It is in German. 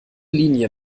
linie